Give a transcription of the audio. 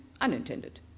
unintended